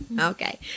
Okay